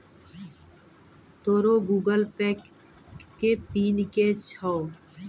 तोरो Google Pay के PIN कि छौं?